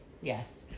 Yes